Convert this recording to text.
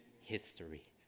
history